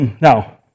Now